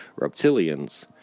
reptilians